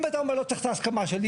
אם אתה אומר שלא צריך את ההסכמה שלי,